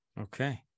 Okay